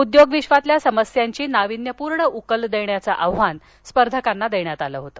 उद्योग विश्वातील समस्यांची नावीन्यपूर्ण उकल देण्याचं आव्हान स्पर्धकांना देण्यात आले होते